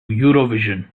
eurovision